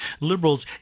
Liberals